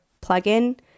plugin